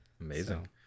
amazing